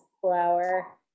flower